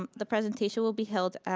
um the presentation will be held